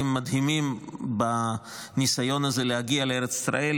מדהימים בניסיון הזה להגיע לארץ ישראל,